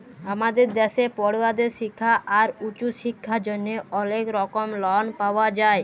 আমাদের দ্যাশে পড়ুয়াদের শিক্খা আর উঁচু শিক্খার জ্যনহে অলেক রকম লন পাওয়া যায়